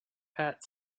pat